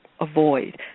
avoid